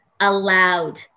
allowed